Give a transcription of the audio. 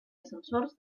ascensors